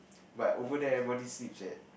but over there everybody sleeps at